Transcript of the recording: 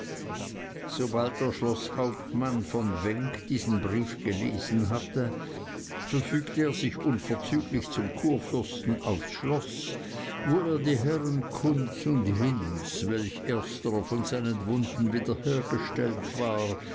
sobald der schloßhauptmann von wenk diesen brief gelesen hatte verfügte er sich unverzüglich zum kurfürsten aufs schloß wo er die herren kunz und hinz welcher ersterer von seinen wunden wiederhergestellt war